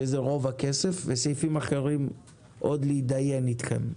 שזה רוב הכסף, וסעיפים אחרים עוד להתדיין אתכם,